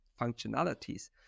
functionalities